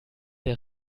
der